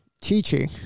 teaching